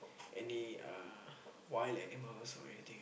any uh wild animals or anything